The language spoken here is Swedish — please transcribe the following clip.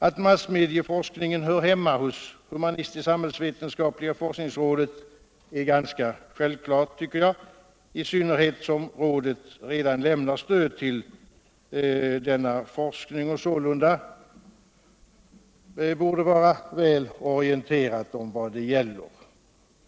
Att massmedieforskningen hör hemma hos humanistisksamhällsvetenskapliga forskningsrådet är ganska självklart, tycker jag, i synnerhet som rådet redan lämnar stöd till denna forskning och sålunda borde vara väl orienterat om vad det gäller.